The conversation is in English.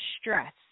stress